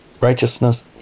righteousness